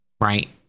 right